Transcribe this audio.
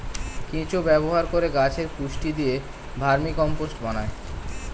কেঁচো ব্যবহার করে গাছে পুষ্টি দিয়ে ভার্মিকম্পোস্ট বানায়